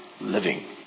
living